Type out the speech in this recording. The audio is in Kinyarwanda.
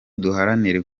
duharanire